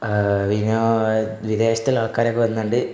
വിനോ വിദേശത്തുള്ള ആൾക്കാരൊക്കെ വരുന്നുണ്ട്